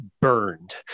burned